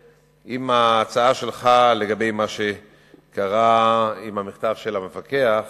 ההצעה שלך לגבי מה שקרה עם המכתב של המפקח